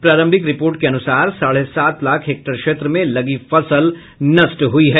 प्रारंभिक रिपोर्ट के अनुसार साढे सात लाख हेक्टेयर क्षेत्र में लगी फसल नष्ट हुई है